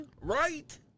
Right